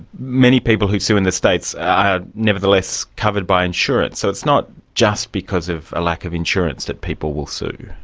many people who sue in the states are nevertheless covered by insurance, so it's not just because of a lack of insurance that people will sue.